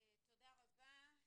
תודה רבה.